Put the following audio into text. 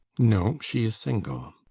no, she is single.